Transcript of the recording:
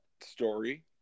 story